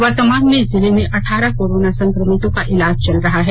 वर्तमान में जिले में अठारह कोरोना संक्रमितों का इलाज चल रहा है